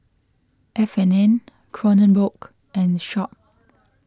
F and N Kronenbourg and Sharp